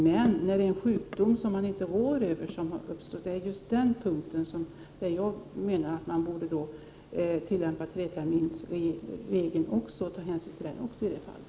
Men jag anser alltså att man borde tillämpa treterminsregeln i de fall då det har uppstått en sjukdom.